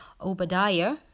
Obadiah